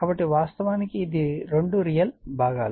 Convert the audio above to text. కాబట్టి వాస్తవానికి ఇది ఈ రెండు రియల్ భాగాలు